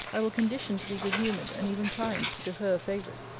i will condition to be good-humoured, and even kind, to her favourite,